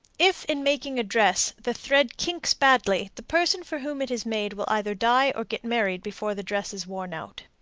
if, in making a dress, the thread kinks badly, the person for whom it is made will either die or get married before the dress is worn out.